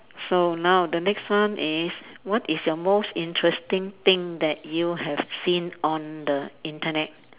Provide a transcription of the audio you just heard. so now the next one is what is your most interesting thing that you have seen on the internet